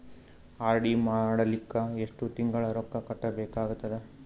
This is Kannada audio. ಆರ್.ಡಿ ಮಾಡಲಿಕ್ಕ ಎಷ್ಟು ತಿಂಗಳ ರೊಕ್ಕ ಕಟ್ಟಬೇಕಾಗತದ?